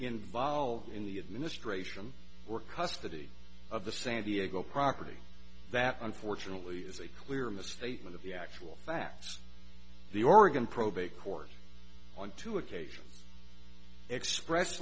involved in the administration were custody of the san diego property that unfortunately is a clear misstatement of the actual facts the oregon probate court on two occasions express